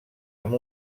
amb